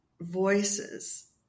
voices